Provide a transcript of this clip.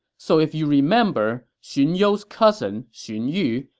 so if you remember, xun you's cousin, xun yu,